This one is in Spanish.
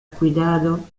cuidado